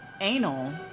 Anal